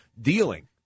dealing